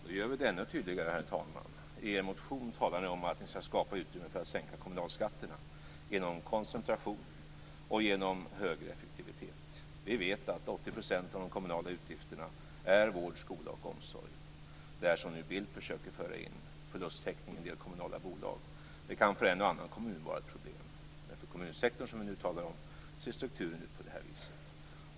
Herr talman! Då gör vi det ännu tydligare. I en motion talar ni om att ni skall skapa utrymme för att sänka kommunalskatterna genom koncentration och genom högre effektivitet. Vi vet att 80 % av de kommunala utgifterna är vård, skola och omsorg. Det som Bildt försöker föra in, förlusttäckning i en del kommunala bolag, kan för en och annan kommun vara ett problem. Men för kommunsektorn, som vi nu talar om, ser strukturen ut på det viset.